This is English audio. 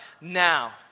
now